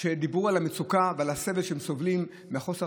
שדיברו על המצוקה ועל הסבל שהם סובלים מחוסר